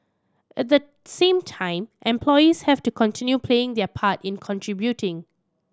at the same time employees have to continue playing their part in contributing